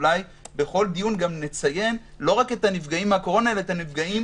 שאולי בכל דיון נציין לא רק את הנפגעים מן הקורונה אלא את הנפגעים